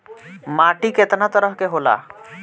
माटी केतना तरह के होला?